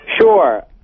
Sure